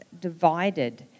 divided